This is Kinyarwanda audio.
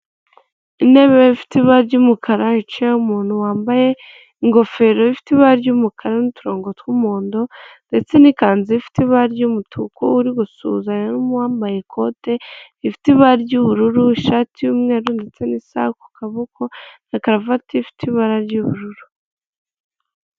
Intebe ifite ibagi ry'umukara yicayeho umuntu wambaye ingofero ifite ibara ry'umukara n'uturongo tw'umuhondo ndetse n'ikanzu ifite ibara ry'umutuku uri gusuhuzanya n'uwambaye ikote rifite ibara ry'ubururu, ishati y'umweru ndetse n'isaha ku kaboko na karuvati ifite ibara ry'ubururu.